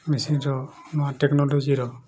ମେସିନ୍ର ବା ଟେକ୍ନୋଲୋଜିର